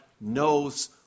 knows